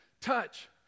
touch